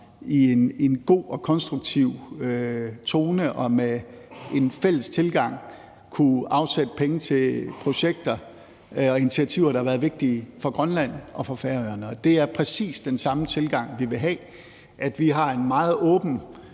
i en god og konstruktiv tone og med en fælles tilgang har kunnet afsætte penge til projekter og initiativer, der har været vigtige for Grønland og for Færøerne, og det er præcis den samme tilgang, vi vil have, nemlig at vi har en meget åben